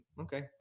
Okay